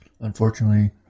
Unfortunately